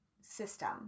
system